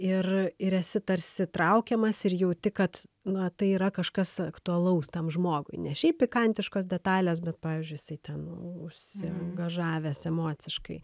ir ir esi tarsi traukiamas ir jauti kad na tai yra kažkas aktualaus tam žmogui ne šiaip pikantiškos detalės bet pavyzdžiui jisai ten užsiangažavęs emociškai